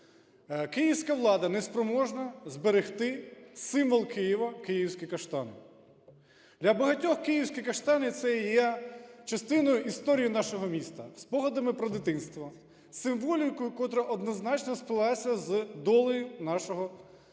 київська влада неспроможна зберегти символ Києва – київські каштани. Для багатьох київські каштани – це і є частиною історії нашого міста, спогадами про дитинство, символікою, котра однозначно сплелася з долею нашого Києва,